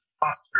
posture